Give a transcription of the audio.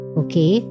okay